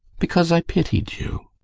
because i pitied you.